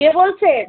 কে বলছেন